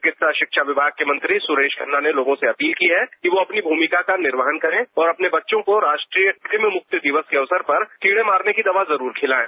चिकित्सा शिक्षा विभाग के मंत्री सुरेश खन्ना ने लोगों से अपील की है कि वो अपनी भूमिका का निर्वहन करें और अपने बच्चों को राष्ट्रीय कृमिमुक्ति दिवस के अवसर पर कीडे मारने की दवा जरूर खिलायें